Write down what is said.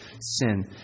sin